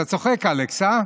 אתה צוחק, אלכס, הא?